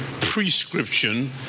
Prescription